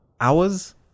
hours